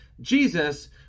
Jesus